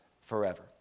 forever